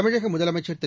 தமிழக முதலமைச்சர் திரு